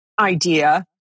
idea